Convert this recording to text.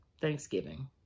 Thanksgiving